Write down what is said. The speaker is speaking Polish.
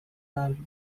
dali